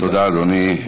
תודה, אדוני.